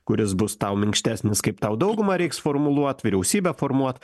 kuris bus tau minkštesnis kaip tau daugumą reiks formuluot vyriausybę formuot